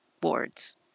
boards